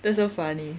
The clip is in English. that's so funny